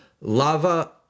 lava